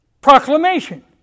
proclamation